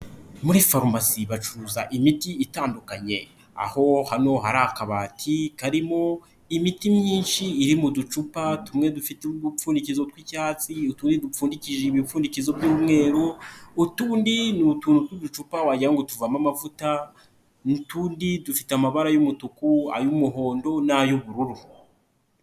Muri farumasi bacuruza imiti itandukanye, aho hano hari akabati karimo imiti myinshi iri mu ducupa tumwe dufite udupfundikizo tw'icyatsi, utundi dupfundikishije ibipfundikizo by'umweru, utundi ni uducupa wagira ngo turimo amavuta n'utundi dufite amabara y'umutuku ay'umuhondo n'ay'ubururu.